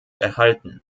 erhalten